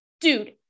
dude